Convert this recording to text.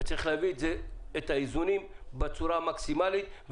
וצריך לתת איזונים בצורה מקסימלית.